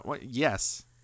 yes